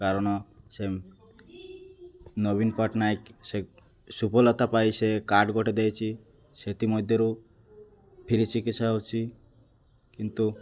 କାରଣ ସେ ନବୀନ ପଟ୍ଟନାୟକ ସେ ସୁଭଲତା ପାଇଁ ସେ କାର୍ଡ୍ ଗୋଟେ ଦେଇଛି ସେଥିମଧ୍ୟରୁ ଫ୍ରି ଚିକିତ୍ସା ହେଉଛି କିନ୍ତୁ